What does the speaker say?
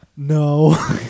No